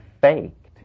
faked